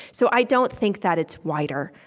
so i don't think that it's wider.